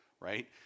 right